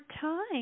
time